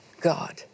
God